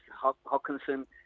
Hawkinson